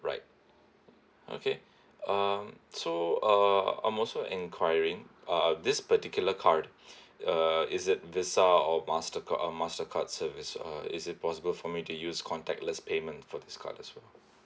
right okay um so uh I'm also enquiring uh this particular card uh is it visa or mastercard uh mastercard service uh is it possible for me to use contactless payment for this card as well